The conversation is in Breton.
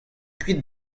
kuit